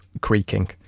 creaking